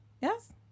Yes